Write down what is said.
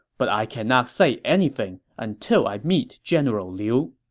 but i cannot say anything until i meet general liu.